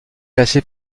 classé